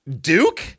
Duke